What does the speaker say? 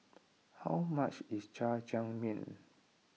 how much is Jajangmyeon